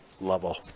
level